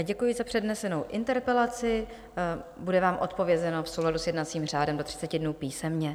Děkuji za přednesenou interpelaci, bude vám odpovězeno v souladu s jednacím řádem do 30 dnů písemně.